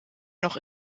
noch